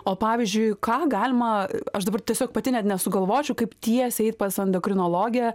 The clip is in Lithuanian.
o pavyzdžiui ką galima aš dabar tiesiog pati net nesugalvočiau kaip tiesiai pas endokrinologę